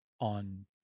on